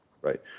Right